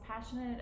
passionate